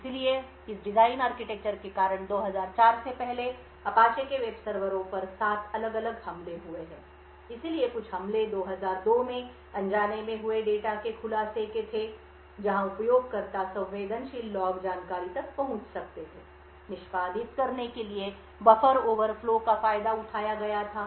इसलिए इस design architecture के कारण 2004 से पहले अपाचे के वेब सर्वरों पर सात अलग अलग हमले हुए हैं इसलिए कुछ हमले 2002 में अनजाने में हुए डेटा के खुलासे के थे जहाँ उपयोगकर्ता संवेदनशील लॉग जानकारी तक पहुँच सकते थे निष्पादित करने के लिए बफर ओवरफ्लो का फायदा उठाया गया था